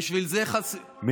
בשביל זה, אבל הוא פנה אליי.